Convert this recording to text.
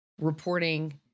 reporting